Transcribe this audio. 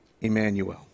Emmanuel